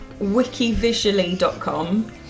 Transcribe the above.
wikivisually.com